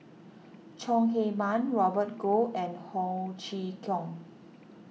Chong Heman Robert Goh and Ho Chee Kong